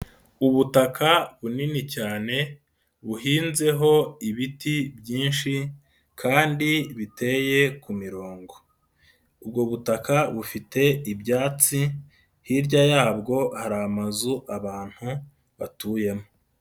Ubutaka bunini cyane buhinzeho ibiti byinshi kandi biteye ku mirongo, ubwo butaka bufite ibyatsi hirya yabwo hari amazu abantu batuyemo.